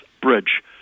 Bridge